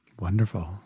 Wonderful